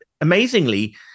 amazingly